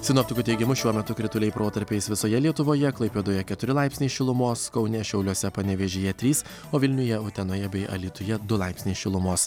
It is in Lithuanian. sinoptikų teigimu šiuo metu krituliai protarpiais visoje lietuvoje klaipėdoje keturi laipsniai šilumos kaune šiauliuose panevėžyje trys o vilniuje utenoje bei alytuje du laipsniai šilumos